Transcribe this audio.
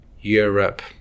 Europe